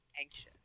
anxious